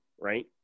right